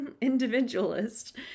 individualist